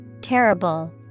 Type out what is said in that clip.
Terrible